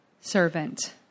servant